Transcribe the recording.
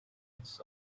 its